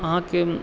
अहाँके